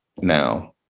now